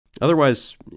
Otherwise